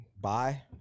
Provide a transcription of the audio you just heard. Bye